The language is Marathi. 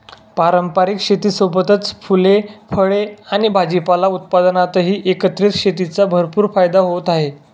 पारंपारिक शेतीसोबतच फुले, फळे आणि भाजीपाला उत्पादनातही एकत्रित शेतीचा भरपूर फायदा होत आहे